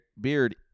Beard